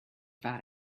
fat